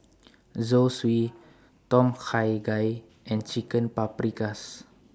Zosui Tom Kha Gai and Chicken Paprikas